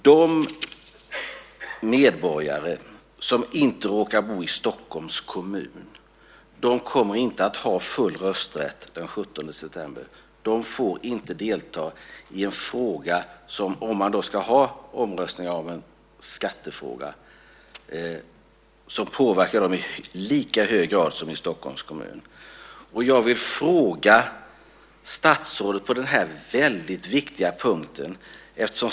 De medborgare som inte råkar bo i Stockholms kommun kommer inte att ha full rösträtt den 17 september. De får inte delta i en omröstning om en skattefråga som påverkar dem i lika hög grad som dem i Stockholms kommun. Jag vill ställa en fråga till statsrådet på den här viktiga punkten.